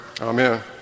Amen